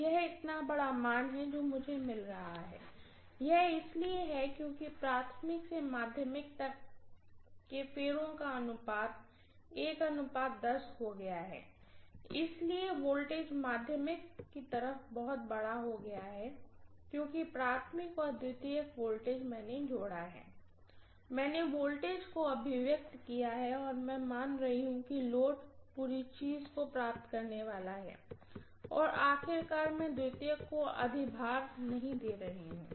यह इतना बड़ा मान है जो मुझे मिल रहा है यह इसलिए है क्योंकि प्राइमरी से सेकेंडरी तक की फेरों का अनुपात हो गया है इसलिए वोल्टेज सेकेंडरी की तरफ बहुत बड़ा हो गया है क्योंकि प्राइमरीऔर सेकेंडरी वोल्टेज मैंने जोड़ा है मैंने वोल्टेज को अभिव्यक्त किया है और मैं मान रही हूँ कि लोड पूरी चीज को प्राप्त करने वाला है और आखिरकार मैं सेकेंडरी को अधिभार नहीं दे रही हूँ